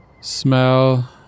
Smell